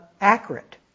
accurate